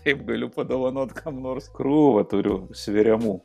kaip galiu padovanot kam nors krūvą turiu sveriamų